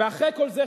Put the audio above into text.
ואחרי כל זה,